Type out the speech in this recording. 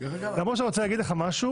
אני רוצה להגיד לך משהו.